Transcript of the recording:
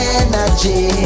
energy